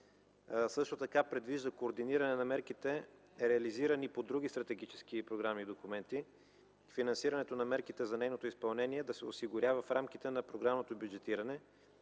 също така координиране на мерките, реализирани по други стратегически програми и документи, финансирането на мерките за нейното изпълнение да се осигурява в рамките на програмното бюджетиране,